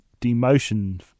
demotion